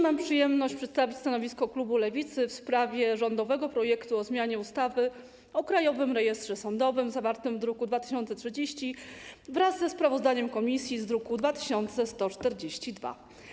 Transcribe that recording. Mam przyjemność przedstawić stanowisko klubu Lewicy w sprawie rządowego projektu o zmianie ustawy o Krajowym Rejestrze Sądowym, zawartego w druku nr 2130, wraz ze sprawozdaniem komisji z druku nr 2142.